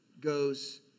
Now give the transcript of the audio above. goes